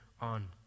on